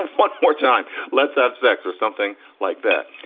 one more time. let's have sex or something like that.